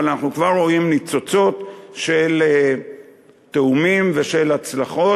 אבל אנחנו כבר רואים ניצוצות של תיאומים ושל הצלחות.